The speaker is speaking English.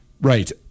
right